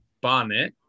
Barnett